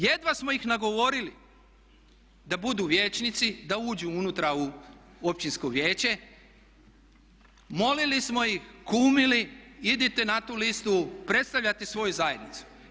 Jedva smo ih nagovorili da budu vijećnici, da uđu unutra u Općinsko vijeće, molili smo ih, kumili idite na tu listu predstavljati svoju zajednicu.